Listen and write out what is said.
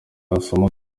wasoma